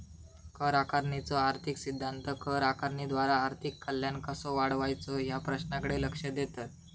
कर आकारणीचो आर्थिक सिद्धांत कर आकारणीद्वारा आर्थिक कल्याण कसो वाढवायचो या प्रश्नाकडे लक्ष देतत